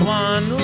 one